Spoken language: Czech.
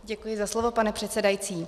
Děkuji za slovo, pane předsedající.